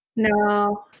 No